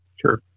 Sure